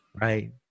Right